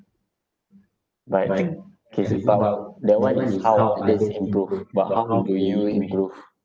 but I think K it's about that [one] is how others improve but how do you improve